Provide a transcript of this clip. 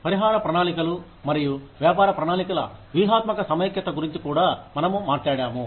పరిహార ప్రణాళికలు మరియు వ్యాపార ప్రణాళికల వ్యూహాత్మక సమైక్యత గురించి కూడా మనము మాట్లాడాము